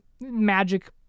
magic